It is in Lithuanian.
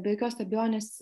be jokios abejonės